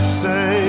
say